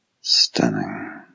stunning